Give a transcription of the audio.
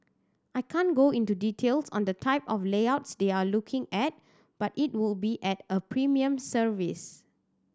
I can't go into details on the type of layouts they're looking at but it would be at a premium service